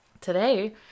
today